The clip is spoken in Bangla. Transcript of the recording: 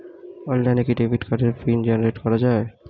অনলাইনে কি ডেবিট কার্ডের পিন জেনারেট করা যায়?